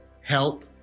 help